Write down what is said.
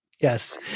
yes